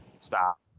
stop